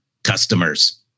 customers